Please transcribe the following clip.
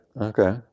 Okay